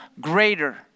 greater